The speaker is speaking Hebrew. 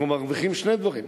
אנחנו מרוויחים שני דברים: